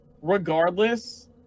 regardless